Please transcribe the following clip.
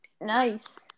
Nice